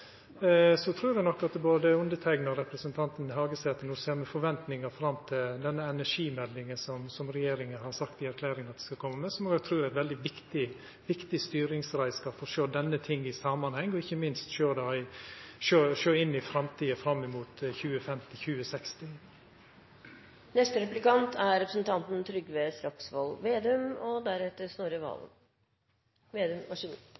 Så trur eg nok at både eg og representanten Hagesæter no ser med forventningar fram til denne energimeldinga som regjeringa har sagt i erklæringa at dei skal koma med, og som eg trur er ein veldig viktig styringsreiskap for å sjå ting i samanheng, og ikkje minst sjå inn i framtida fram imot 2050–2060. Jeg har skjønt at det er kommet en ny skikk i Stortinget, så jeg vil først si at jeg synes representanten Breivik er en kjekk og